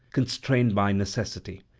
constrained by necessity.